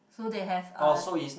so they have uh